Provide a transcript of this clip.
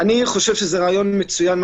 חושב שזה רעיון מצוין.